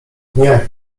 nie